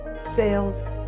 sales